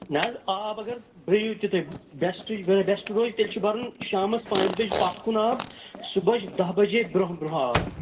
نہَ حظ آب اگر بٔرِو تہِ تُہۍ بٮ۪سٹہٕ بٮ۪سٹہٕ روزِ تیٚلہِ چھُ بَرُن شامَس پانٛژِ بَجہِ پَتھ کُن آب صُبحَس دَہ بَجے برٛونٛہہ برٛونٛہہ آب